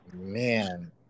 man